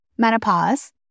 menopause